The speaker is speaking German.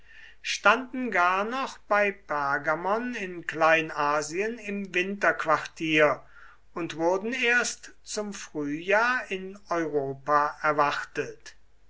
standen gar noch bei pergamon in kleinasien im winterquartier und wurden erst zum frühjahr in europa erwartet